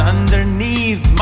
Underneath